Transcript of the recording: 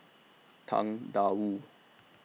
Tang DA Wu